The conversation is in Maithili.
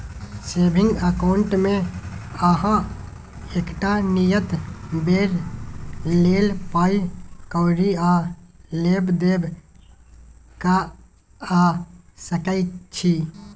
सेबिंग अकाउंटमे अहाँ एकटा नियत बेर लेल पाइ कौरी आ लेब देब कअ सकै छी